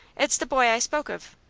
it's the boy i spoke of.